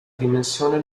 dimensione